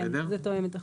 כן זה תואם את החוק.